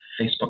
Facebook